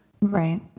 Right